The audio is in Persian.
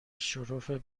شرف